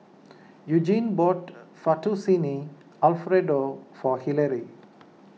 Eugene bought Fettuccine Alfredo for Hillary